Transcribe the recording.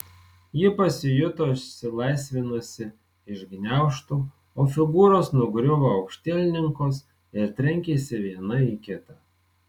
ji pasijuto išsilaisvinusi iš gniaužtų o figūros nugriuvo aukštielninkos ir trenkėsi viena į kitą